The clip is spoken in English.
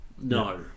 No